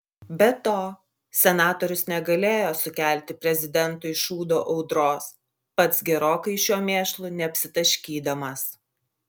be to senatorius negalėjo sukelti prezidentui šūdo audros pats gerokai šiuo mėšlu neapsitaškydamas